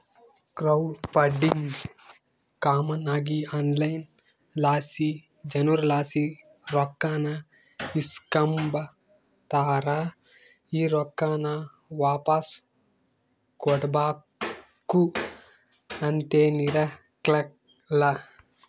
crowd funding common ಆಗಿ online ಲಾಸಿ ಜನುರ್ಲಾಸಿ ರೊಕ್ಕಾನ ಇಸ್ಕಂಬತಾರ, ಈ ರೊಕ್ಕಾನ ವಾಪಾಸ್ ಕೊಡ್ಬಕು ಅಂತೇನಿರಕ್ಲಲ್ಲ